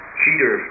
cheater